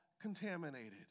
contaminated